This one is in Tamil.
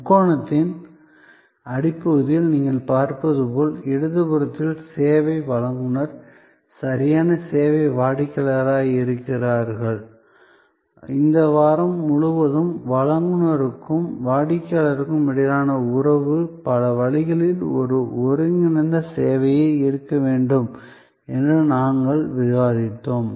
முக்கோணத்தின் அடிப்பகுதியில் நீங்கள் பார்ப்பது போல் இடதுபுறத்தில் சேவை வழங்குநர் சரியான சேவை வாடிக்கையாளராக இருக்கிறார் இந்த வாரம் முழுவதும் வழங்குநருக்கும் வாடிக்கையாளருக்கும் இடையிலான இந்த உறவு பல வழிகளில் ஒரு ஒருங்கிணைந்த சேவையாக இருக்க வேண்டும் என்று நாங்கள் விவாதித்தோம்